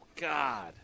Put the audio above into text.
God